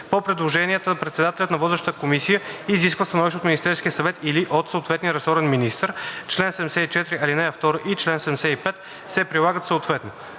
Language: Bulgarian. По предложенията председателят на водещата комисия изисква становище от Министерския съвет или от съответния ресорен министър. Член 74, ал. 2 и чл. 75 се прилагат съответно.